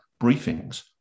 briefings